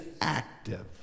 active